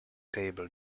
table